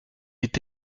est